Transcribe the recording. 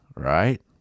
right